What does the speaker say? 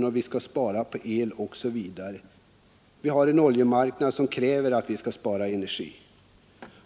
måste spara på varmvatten, elström etc. Vår oljesituation är sådan att vi måste spara på energi.